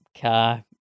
car